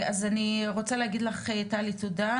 אז אני רוצה להגיד לך טלי תודה.